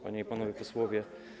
Panie i Panowie Posłowie!